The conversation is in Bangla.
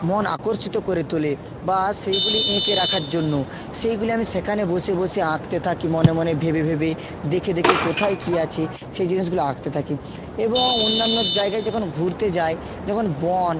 মন আকর্ষিত করে তোলে বা সেই গুলো এঁকে রাখার জন্য সেইগুলি আমি সেখানে বসে বসে আঁকতে থাকি মনে মনে ভেবে ভেবে দেখে দেখে কোথায় কী আছে সেই জিনিসগুলো আঁকতে থাকি এবং অন্যান্য জায়গায় যখন ঘুরতে যাই যখন বন